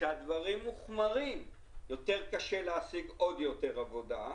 שהדברים מוחמרים, יותר קשה להשיג עוד יותר עבודה,